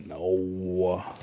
No